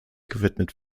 gewidmet